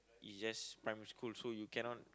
you just primary school so you cannot